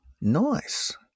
nice